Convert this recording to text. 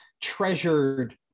treasured